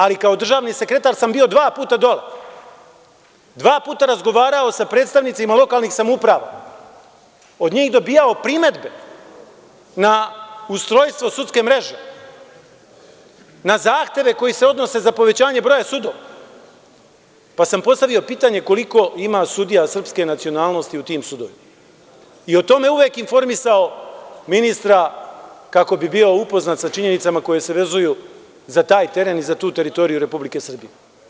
Ali, kao državni sekretar sam bio dva puta dole, dva puta razgovarao sa predstavnicima lokalnih samouprava, od njih dobijao primedbe na ustrojstvo sudske mreže, na zahteve koji se odnose za povećanje broja sudova, pa sam postavio pitanje – koliko ima sudija srpske nacionalnosti u tim sudovima i o tome uvek informisao ministra kako bi bio upoznat sa činjenicama koje se vezuju za taj teren i za tu teritoriju Republike Srbije.